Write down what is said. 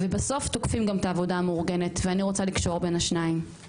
ובסוף תוקפים גם את העבודה המאורגנת ואני רוצה לקשור בין השניים.